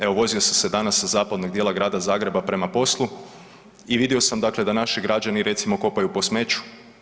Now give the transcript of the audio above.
Evo, vozio sam se danas sa zapadnog dijela grada Zagreba prema poslu, i vidio sam dakle da naši građani, recimo kopaju po smeću.